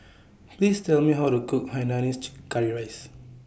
Please Tell Me How to Cook Hainanese Curry Rice